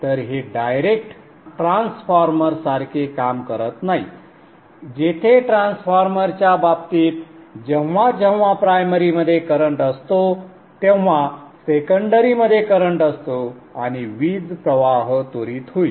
तर हे डायरेक्ट ट्रान्सफॉर्मरसारखे काम करत नाही जेथे ट्रान्सफॉर्मरच्या बाबतीत जेव्हा जेव्हा प्रायमरी मध्ये करंट असतो तेव्हा सेकंडरीमध्ये करंट असतो आणि वीज प्रवाह त्वरित होईल